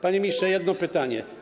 Panie ministrze, jedno pytanie.